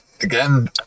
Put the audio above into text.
again